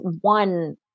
one